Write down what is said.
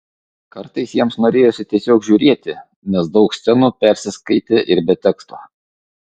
kartais jiems norėjosi tiesiog žiūrėti nes daug scenų persiskaitė ir be teksto